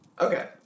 Okay